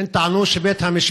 הן טענו שבית-המשפט